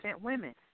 women